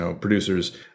producers